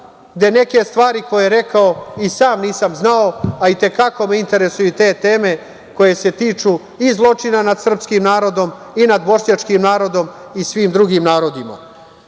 gde neke stvari koje je rekao i sam nisam znao, a i te kako me interesuju i te teme koje se tiču i zločina nad sprskim narodom i nad bošnjačkim narodom i svim drugim narodima.